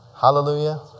Hallelujah